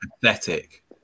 pathetic